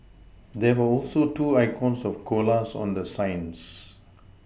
there were also two icons of koalas on the signs